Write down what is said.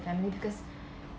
family because